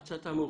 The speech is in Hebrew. הצגה מאוחרת?